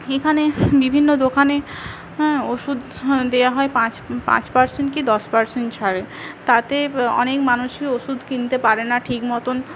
এখানে বিভিন্ন দোকানে হ্যাঁ ওষুধ দেওয়া হয় পাঁচ পাঁচ পারসেন্ট কি দশ পারসেন্ট ছাড়ে তাতে অনেক মানুষই ওষুধ কিনতে পারে না ঠিক মতন